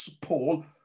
Paul